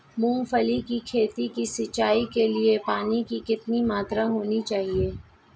मूंगफली की खेती की सिंचाई के लिए पानी की कितनी मात्रा होनी चाहिए?